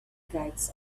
gates